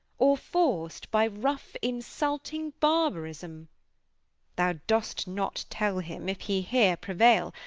or forced by rough insulting barbarism thou doest not tell him, if he here prevail,